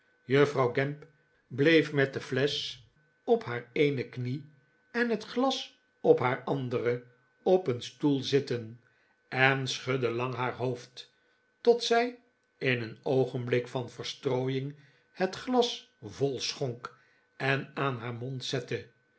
juffrouw gamp bleef met de flesch op haar eene knie en het glas op de andere op een stoel zitten en schudde lang haar hoofd tot zij in een oogenblik van verstrooiing het glas vol schonk en aan haar mond zette